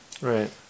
Right